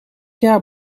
jaar